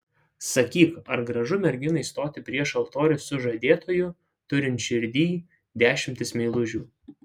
sakyk ar gražu merginai stoti prieš altorių su žadėtuoju turint širdyj dešimtis meilužių